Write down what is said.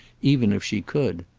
even if she could.